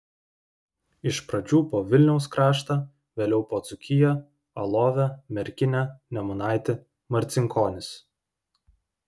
iš pradžių po vilniaus kraštą vėliau po dzūkiją alovę merkinę nemunaitį marcinkonis